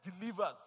delivers